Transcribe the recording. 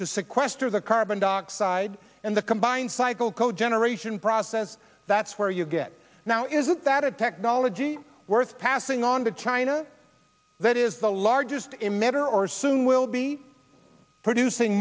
to sequester the carbon dioxide in the combined cycle code generation process that's where you get now isn't that a technology worth passing on to china that is the largest emitter or soon will be producing